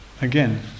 Again